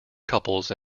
couples